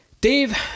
Dave